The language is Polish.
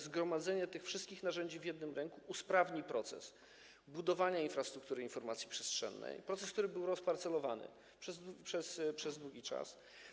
Zgromadzenie tych wszystkich narzędzi w jednym ręku usprawni proces budowania infrastruktury informacji przestrzennej, proces, który był rozparcelowany przez długi czas.